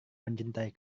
mencintai